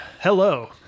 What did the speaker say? Hello